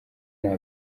nta